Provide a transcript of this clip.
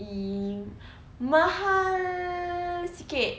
!ee! mahal sikit